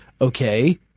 okay